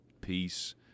peace